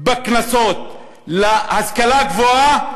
של הקנסות להשכלה גבוהה,